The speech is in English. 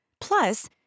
Plus